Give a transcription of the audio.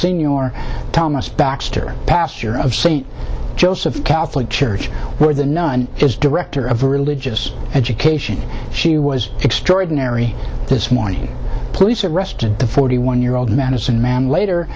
your thomas baxter past year of st joseph catholic church where the nun is director of religious education she was extraordinary this morning police arrested the forty one year old man of sin man later